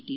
T